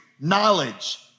knowledge